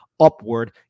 upward